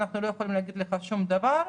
אנחנו לא יכולים להגיד לך שום דבר,